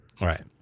Right